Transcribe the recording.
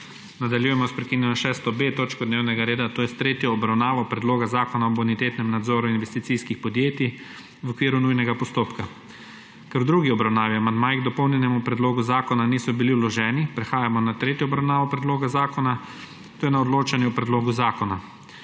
Nadaljujemo sprekinjeno 6.B točko dnevnega reda, to je tretjo obravnavo Predloga zakona o bonitetnem nadzoru investicijskih podjetij v okviru nujnega postopka. Ker v drugi obravnavi amandmaji k dopolnjenemu predlogu zakona niso bili vloženi, prehajamo na tretjo obravnavo predloga zakona, to je na odločanje o predlogu zakona.